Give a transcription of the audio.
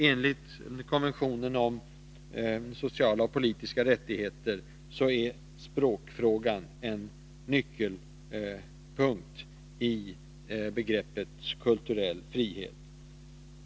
Enligt konventionen om medborgerliga och politiska rättigheter är språkfrågan en nyckelpunkt i begreppet kulturell frihet.